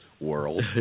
world